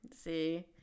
See